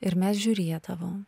ir mes žiūrėdavom